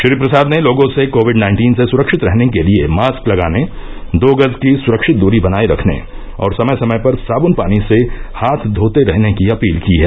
श्री प्रसाद ने लोगों से कोविड नाइन्टीन से सुरक्षित रहने के लिये मास्क लगाने दो गज की सुरक्षित दूरी बनाये रखने और समय समय पर साब्न पानी से हाथ धोते रहने की अपील की है